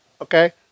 Okay